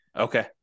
Okay